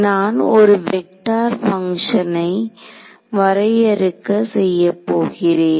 நான் ஒரு vector function ஐ வரையறுக்க செய்யப்போகிறேன்